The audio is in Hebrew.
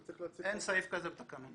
צריך לצאת --- אין סעיף כזה בתקנון.